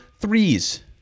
threes